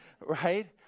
Right